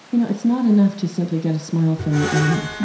you know, it's not enough to simply get a smile from your enemy.